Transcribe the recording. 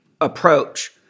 approach